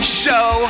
show